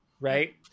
right